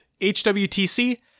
HWTC